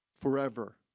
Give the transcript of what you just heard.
forever